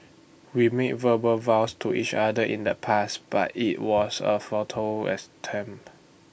we made verbal vows to each other in the past but IT was A futile attempt